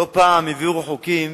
לא פעם העבירו חוקים